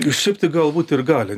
šiaip tai galbūt ir gali